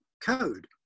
code